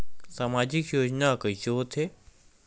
सामजिक योजना कइसे होथे?